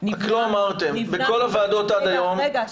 נבנה --- רק לא אמרתם בכל הוועדות עד היום --- רגע,